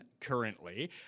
currently